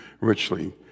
richly